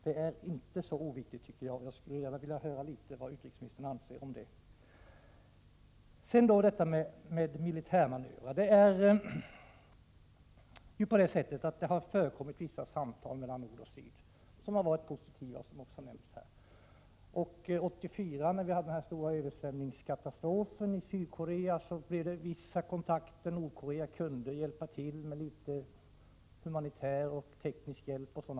Detta är inte så oviktigt, och jag skulle gärna vilja höra litet vad utrikesministern anser om det. Sedan detta med militärmanövrerna. Det har ju förekommit vissa samtal mellan Nordkorea och Sydkorea. De har varit positiva, som har nämnts här. Och när vi hade den stora översvämningskatastrofen i Sydkorea 1984, blev det också vissa kontakter. Nordkorea kunde hjälpa till med litet humanitär och teknisk hjälp o.d.